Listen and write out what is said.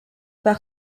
par